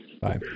Bye